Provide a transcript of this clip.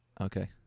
Okay